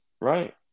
right